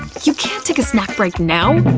you can't take a snack break now!